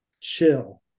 chill